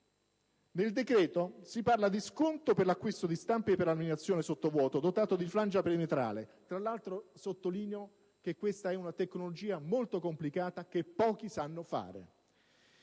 Nel decreto si parla di sconto per l'acquisto di stampi per la laminazione sotto vuoto degli scafi da diporto dotati di flangia perimetrale (tra l'altro, sottolineo che questa è una tecnologia molto complicata che pochi sanno fare),